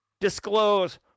disclose